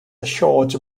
short